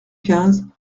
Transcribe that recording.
quinze